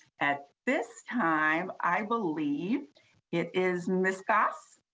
at this time, i believe it is miss goss?